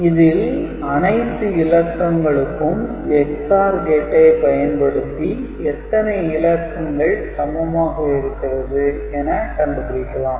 இதில் அனைத்து இலக்கங்களுக்கும் XOR கேட்டை பயன்படுத்தி எத்தனை இலக்கங்கள் சமமாக இருக்கிறது என கண்டுபிடிக்கலாம்